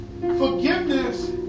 forgiveness